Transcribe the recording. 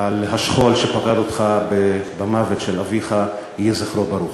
על השכול שפקד אותך במוות של אביך, יהי זכרו ברוך.